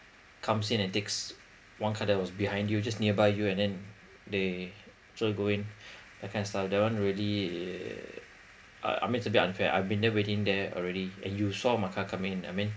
comes in and takes one car that was behind you just nearby you and then they sure go in that kind of stuff that one really uh ah I mean it's a bit unfair I've been there waiting there already and you saw my car coming in I mean